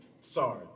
Sorry